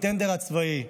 הטנדר הצבאי.